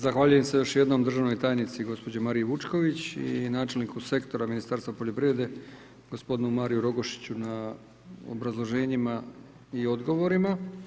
Zahvaljujem se još jednom državnoj tajnici gđi. Mariji Vučković i načelniku Sektora ministarstva poljoprivrede g. Mariju Rogošiću na obrazloženjima i odgovorima.